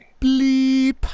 Bleep